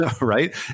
right